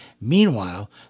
Meanwhile